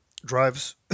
drives